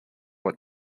what